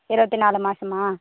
இருபத்தி நாலு மாதமா